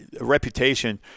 reputation